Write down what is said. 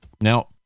Now